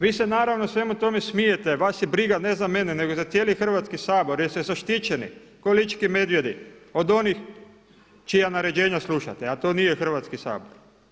Vi se naravno svemu tome smijete, vas je briga ne za mene nego za cijeli Hrvatski sabor jer ste zaštićeni kao lički medvjedi od onih čija naređenja slušate, a to nije Hrvatski sabor.